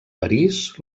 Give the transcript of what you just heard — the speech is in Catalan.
parís